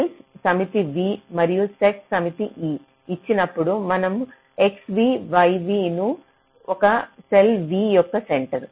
cells సమితి V మరియు nets సమితి E ఇచ్చినప్పుడు మనం xv yv ను ఒక సెల్ v యొక్క సెంటర్